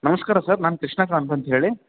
ನಮಸ್ಕಾರ ಸರ್ ನಾನು ಕೃಷ್ಣಕಾಂತ್ ಅಂತ ಹೇಳಿ